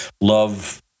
love